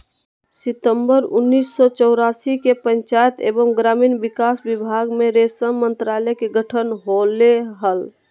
सितंबर उन्नीस सो चौरासी के पंचायत एवम ग्रामीण विकास विभाग मे रेशम मंत्रालय के गठन होले हल,